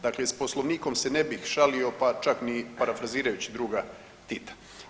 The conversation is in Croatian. Dakle, sa Poslovnikom se ne bih šalio, pa čak ni parafrazirajući druga Tita.